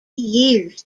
years